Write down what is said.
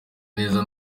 neza